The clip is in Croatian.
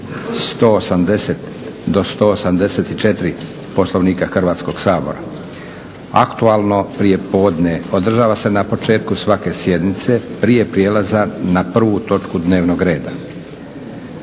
180. do 184. Poslovnika Hrvatskoga sabora. Aktualno prijepodne održava se na početku svake sjednice prije prijelaza na prvu točku dnevnog reda.